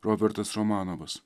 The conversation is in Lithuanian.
robertas romanovas